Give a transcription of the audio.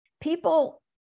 people